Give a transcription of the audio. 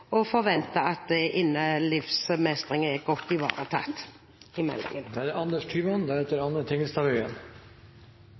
og forventer at livsmestring er godt ivaretatt i meldingen.